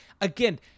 again